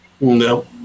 No